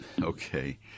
okay